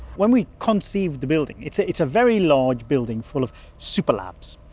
when we conceived the building, it's ah it's a very large building full of super-labs,